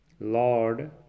Lord